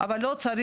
והנושא